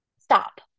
Stop